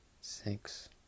six